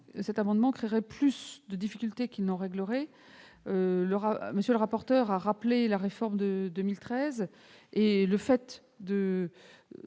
Cet amendement créerait plus de difficultés qu'il n'en réglerait. M. le rapporteur a rappelé la réforme menée en 2013 : le fait